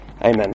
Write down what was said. Amen